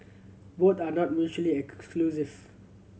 both are not mutually exclusive